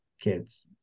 kids